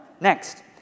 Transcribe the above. Next